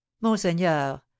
monseigneur